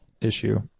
issue